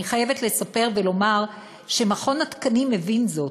אני חייבת לספר ולומר שמכון התקנים מבין זאת.